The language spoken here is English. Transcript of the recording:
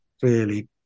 clearly